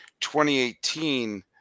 2018